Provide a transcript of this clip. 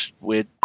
weird